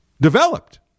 developed